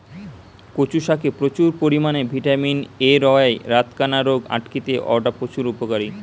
কচু শাকে প্রচুর পরিমাণে ভিটামিন এ রয়ায় রাতকানা রোগ আটকিতে অউটা প্রচুর উপকারী